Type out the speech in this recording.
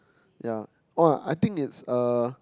ya oh I think it's uh